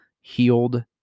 healed